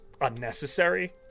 unnecessary